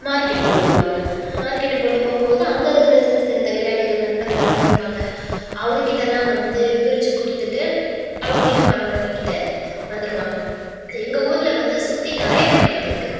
மார்க்கெட்டுக்கு கொண்டு போவாங்க மார்க்கெட்க்கு கொண்டு போகும்போது அங்கே இருக்கிற சிறுசிறு தொழிலாளிகள் நண்பர்களெலாம் இருப்பாங்க அவங்ககிட்டலாம் வந்து பிரிச்சு கொடுத்துட்டு அவங்ககிட்ட பணம் வாங்கிக்கிட்டு வந்துடுவாங்க எங்கள் ஊரில் வந்து சுற்றி நிறைய மார்க்கெட் இருக்குது